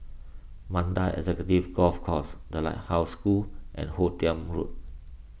Mandai Executive Golf Course the Lighthouse School and Hoot Kiam Road